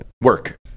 work